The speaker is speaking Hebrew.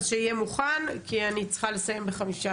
אני רק רוצה להשלים משפט בהקשר